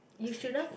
you should love